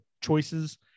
choices